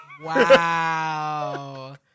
Wow